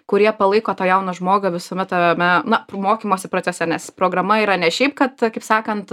kurie palaiko tą jauną žmogų visame tame na kur mokymosi procese nes programa yra ne šiaip kad kaip sakant